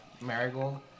Marigold